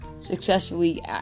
successfully